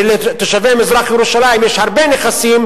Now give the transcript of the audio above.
הרי לתושבי מזרח-ירושלים יש הרבה נכסים